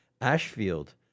Ashfield